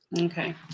Okay